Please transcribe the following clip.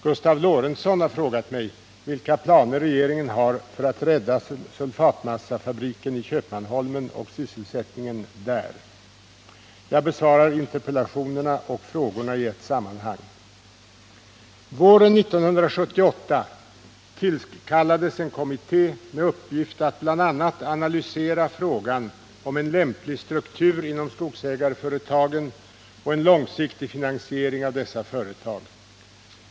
Gustav Lorentzon har frågat mig vilka planer regeringen har för att rädda sulfatmassefabriken i Köpmanholmen och sysselsättningen där. Jag besvarar interpellationerna och frågorna i ett sammanhang. Våren 1978 tillkallades en kommitté med uppgift att bl.a. analysera frågan om en lämplig struktur inom skogsägarföretagen och en långsiktig finansiering av dessa företag.